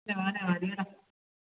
പൊന്നു മോനെ മതിയെടാ